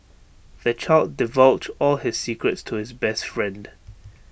the child divulged all his secrets to his best friend